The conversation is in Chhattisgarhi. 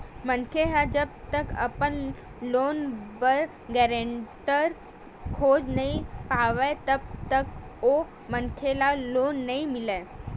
मनखे ह जब तक अपन लोन बर गारेंटर खोज नइ पावय तब तक ओ मनखे ल लोन नइ मिलय